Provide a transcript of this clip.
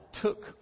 took